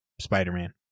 Spider-Man